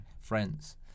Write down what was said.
friends